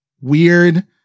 weird